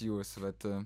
jūs vat